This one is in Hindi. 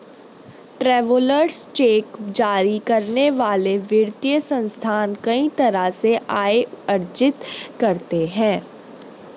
ट्रैवेलर्स चेक जारी करने वाले वित्तीय संस्थान कई तरह से आय अर्जित करते हैं